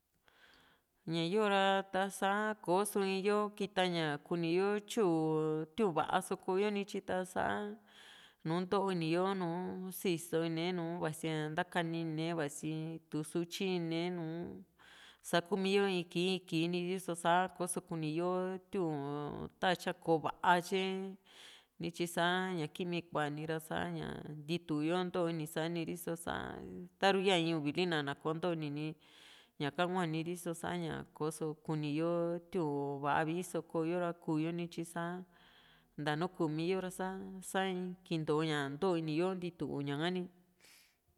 ña yoo ra ta sa koo´so in yo kita ña kuni yo tyuu tiun va´a so ko´yo nityi ta´sa nùù ntoó ni yo nùù sisoni nu vasia ntakanine vasi tuu sutyine nùù sakuu mii´yo in kii in kii riso sá koso kuni yo tiun ta tya koo va´a tyae nityi sa ñakimi kua ni ra saña ntitu yo ntooini sa niriso sa taru yaa in uvili na ná kò´o ntoini ni ñaka hua niri so sa ña ko´so kuni yoo tiuu va´a vii so koo yo ra kuuyonityi saa ntaa nu kuumi yo ra sasa kinto ña ntoini yo ntitu ña´ha ni